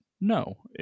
No